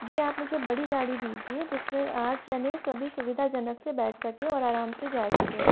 जी आप मुझे बड़ी गाड़ी दीजिए जिसमें आठ जने सभी सुविधाजनक से बैठ सकें और आराम से जा सकें